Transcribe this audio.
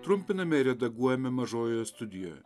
trumpiname ir redaguojame mažojoje studijoje